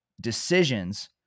decisions